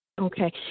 Okay